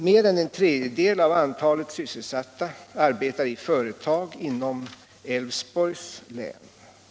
Mer än en tredjedel av antalet sysselsatta arbetar i företag inom Älvsborgs län.